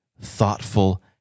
thoughtful